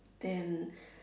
then